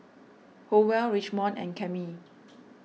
Howell Richmond and Cammie